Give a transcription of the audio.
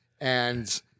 And-